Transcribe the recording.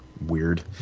weird